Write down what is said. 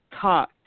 talk